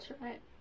right